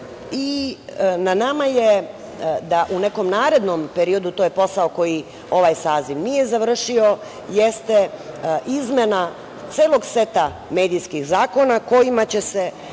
nama je da u nekom narednom periodu, to je posao koji ovaj saziv nije završio, jeste izmena celog seta medijskih zakona kojima će se,